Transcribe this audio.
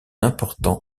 important